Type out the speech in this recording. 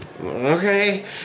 Okay